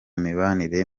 mibanire